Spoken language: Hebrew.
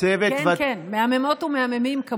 מהממים ומהממות.